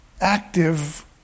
active